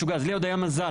לי עוד היה מזל,